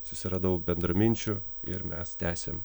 susiradau bendraminčių ir mes tęsėm